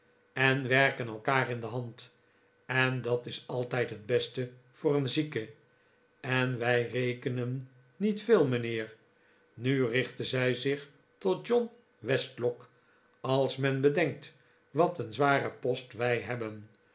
en werken elkaar in de hand en dat is altijd het beste voor een zieke en wij rekenen niet veel mijnheer nu richtte zij zich tot john westlock als men bedenkt wat een zwaren post wij hebben